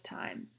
time